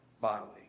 bodily